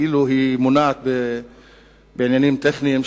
היא כאילו מונעת מעניינים טכניים,